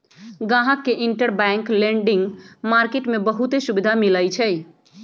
गाहक के interbank lending market में बहुते सुविधा मिलई छई